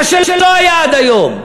מה שלא היה עד היום,